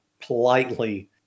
politely